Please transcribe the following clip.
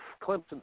Clemson